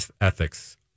ethics